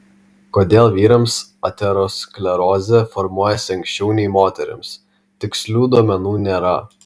kodėl vyrams aterosklerozė formuojasi anksčiau nei moterims tikslių duomenų nėra